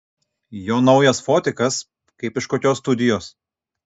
jo naujas fotikas kaip iš kokios studijos